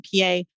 PA